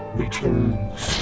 returns